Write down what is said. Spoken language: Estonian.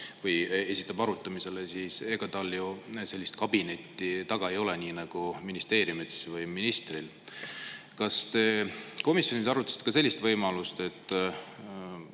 esitab arutamisele, ju sellist kabinetti taga ei ole nagu ministeeriumil või ministril. Kas te komisjonis arutasite ka sellist võimalust, et